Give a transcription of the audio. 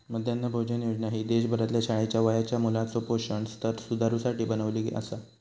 मध्यान्ह भोजन योजना ही देशभरातल्या शाळेच्या वयाच्या मुलाचो पोषण स्तर सुधारुसाठी बनवली आसा